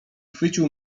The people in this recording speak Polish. chwycił